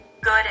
good